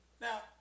Now